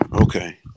Okay